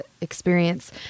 experience